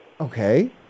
Okay